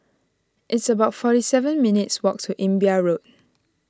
it's about forty seven minutes' walk to Imbiah Road